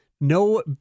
no